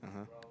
(uh huh)